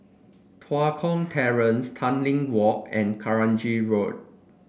Tua Kong Terrace Tanglin Walk and Kranji Road